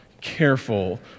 careful